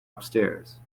upstairs